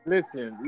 Listen